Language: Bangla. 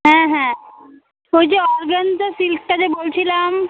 হ্যাঁ হ্যাঁ ওই যে অরগ্যানজা সিল্কটা যে বলছিলাম